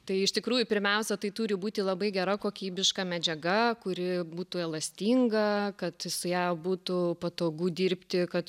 tai iš tikrųjų pirmiausia tai turi būti labai gera kokybiška medžiaga kuri būtų elastinga kad su ja būtų patogu dirbti kad